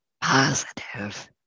positive